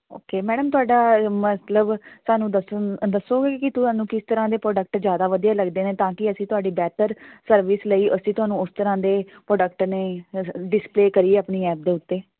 okay madam ਤੁਹਾਡਾ ਮਤਲਬ ਸਾਨੂੰ ਦੱਸਣ ਅ ਦੱਸੋਂਗੇ ਕਿ ਤੁਹਾਨੂੰ ਕਿਸ ਤਰ੍ਹਾਂ ਦੇ ਪ੍ਰੋਡਕਟ ਜ਼ਿਆਦਾ ਵਧੀਆ ਲੱਗਦੇ ਨੇ ਤਾਂ ਕਿ ਅਸੀਂ ਤੁਹਾਡੀ ਬਿਹਤਰ ਸਰਵਿਸ ਲਈ ਅਸੀਂ ਤੁਹਾਨੂੰ ਉਸ ਤਰ੍ਹਾਂ ਦੇ ਪ੍ਰੋਡਕਟ ਨੇ ਡਿਸਪਲੇਅ ਕਰੀਏ ਆਪਣੀ ਐਪ ਦੇ ਉੱਤੇ